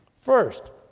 First